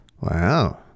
Wow